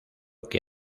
que